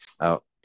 out